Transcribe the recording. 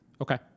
Okay